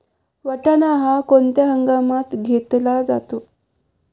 वाटाणा हा कोणत्या हंगामात घेतला जातो?